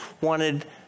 wanted